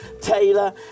Taylor